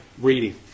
reading